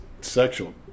sexual